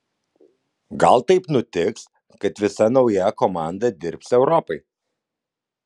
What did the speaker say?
gal taip nutiks kad visa nauja komanda dirbs europai